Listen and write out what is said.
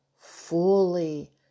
fully